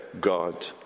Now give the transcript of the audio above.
God